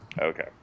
okay